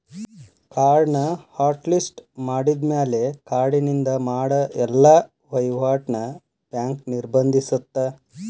ಕಾರ್ಡ್ನ hot list ಮಾಡಿದ್ಮ್ಯಾಲೆ ಕಾರ್ಡಿನಿಂದ ಮಾಡ ಎಲ್ಲಾ ವಹಿವಾಟ್ನ ಬ್ಯಾಂಕ್ ನಿರ್ಬಂಧಿಸತ್ತ